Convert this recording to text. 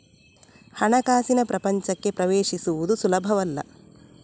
ಹಣಕಾಸಿನ ಪ್ರಪಂಚಕ್ಕೆ ಪ್ರವೇಶಿಸುವುದು ಸುಲಭವಲ್ಲ